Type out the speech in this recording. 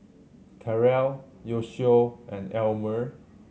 Karel Yoshio and Elmire